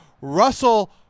Russell